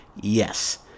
Yes